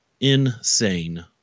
insane